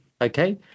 okay